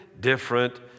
different